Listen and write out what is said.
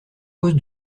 cause